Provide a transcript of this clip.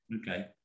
Okay